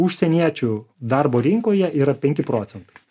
užsieniečių darbo rinkoje yra penki procentai